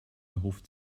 erhofft